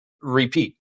repeat